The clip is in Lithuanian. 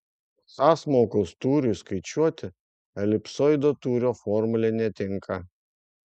sąsmaukos tūriui skaičiuoti elipsoido tūrio formulė netinka